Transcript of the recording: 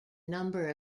number